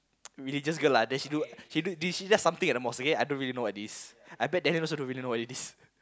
religious girl lah then she do she do this she does something at the mosque okay I don't really know what it is I bet Daniel also don't really know what it is